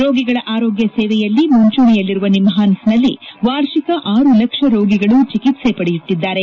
ರೋಗಿಗಳ ಆರೋಗ್ಯ ಸೇವೆಯಲ್ಲಿ ಮುಂಚೂಣೆಯಲ್ಲರುವ ನಿಮ್ವಾನ್ಸ್ ನಲ್ಲಿ ವಾರ್ಷಿಕ ಆರು ಲಕ್ಷ ರೋಗಿಗಳು ಚಿಕಿತ್ಸೆ ಪಡೆಯುತ್ತಿದ್ದಾರೆ